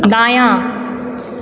दायाँ